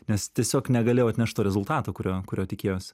nes tiesiog negalėjau atnešt to rezultato kurio kurio tikėjos